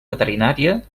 veterinària